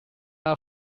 are